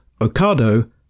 Ocado